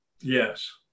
Yes